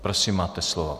Prosím, máte slovo.